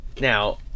Now